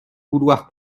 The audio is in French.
vouloir